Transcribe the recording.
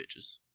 bitches